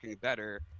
better